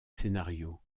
scénario